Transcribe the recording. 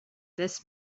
this